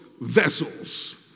vessels